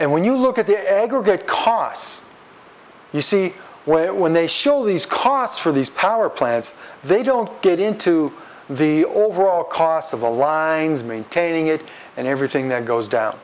and when you look at the aggregate costs you see where it when they show these costs for these power plants they don't get into the overall cost of the lines maintaining it and everything that goes down